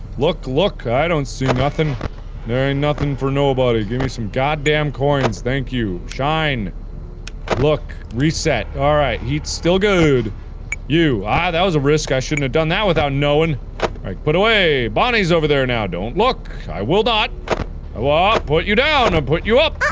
look look i don't see nothing there ain't nothin for nobody give me some goddamn coins thank you shine look reset alright heats still good you ah that was a risk i shouldn't have done that without knowing i put away bonnie's over there now don't look i will not ah put you down i'll put you up